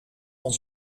van